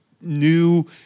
new